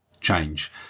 change